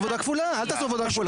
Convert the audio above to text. אל תעשו עבודה כפולה.